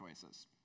choices